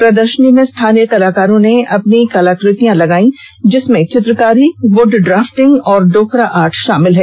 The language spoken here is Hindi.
प्रदर्शनी में स्थानीय कलाकारों ने अपनी कलाकृतियां लगाई हैं जिसमें चित्रकारी वुड ड्राफ्टिंग तथा ंडोकरा आर्ट भी शामिल है